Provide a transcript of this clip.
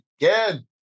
again